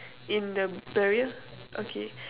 in the barrier okay